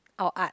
oh ah